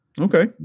Okay